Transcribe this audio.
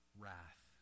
wrath